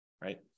right